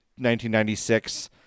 1996